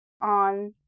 on